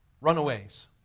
runaways